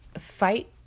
fight